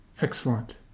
Excellent